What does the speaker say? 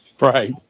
Right